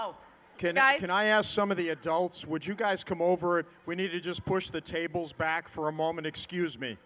oh can i can i ask some of the adults would you guys come over we need to just push the tables back for a moment excuse me